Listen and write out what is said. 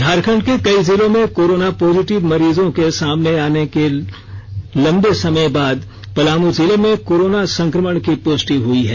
झारखंड के कई जिलों में कोरोना पॉजिटिव मरीजों के सामने आने के लंबे समय बाद पलामू जिले मे कोरोना संक्रमण की पुष्टि हुई है